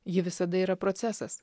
ji visada yra procesas